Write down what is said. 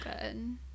good